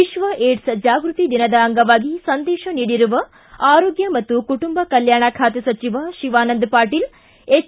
ವಿಕ್ವ ಏಡ್ಸ್ ಜಾಗೃತಿ ದಿನದ ಅಂಗವಾಗಿ ಸಂದೇಶ ನೀಡಿರುವ ಆರೋಗ್ಯ ಮತ್ತು ಕುಟುಂಬ ಕಲ್ಕಾಣ ಖಾತೆ ಸಚಿವ ಶಿವಾನಂದ ಪಾಟೀಲ್ ಎಚ್